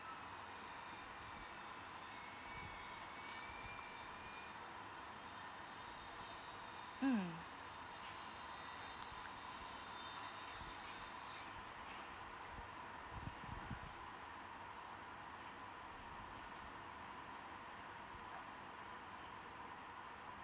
mm